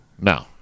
No